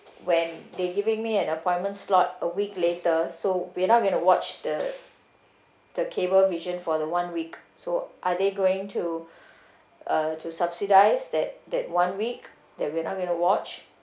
when they giving me an appointment slot a week later so we're not going to watch the the cable vision for the one week so are they going to uh to subsidise that that one week that we're not going to watch